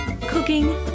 cooking